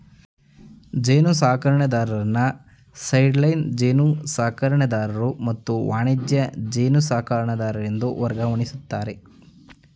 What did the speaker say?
ಜೇನುಸಾಕಣೆದಾರರನ್ನು ಸೈಡ್ಲೈನ್ ಜೇನುಸಾಕಣೆದಾರರು ಹಾಗೂ ವಾಣಿಜ್ಯ ಜೇನುಸಾಕಣೆದಾರರೆಂದು ವರ್ಗೀಕರಿಸಿದ್ದಾರೆ